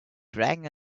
dragon